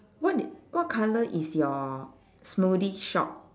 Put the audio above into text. what di~ what colour is your smoothie shop